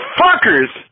fuckers